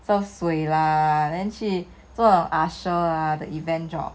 serve 水 lah then 去做 usher the event job